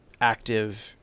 active